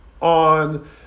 on